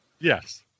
Yes